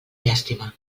llàstima